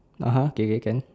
(uh huh) K K can